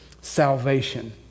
salvation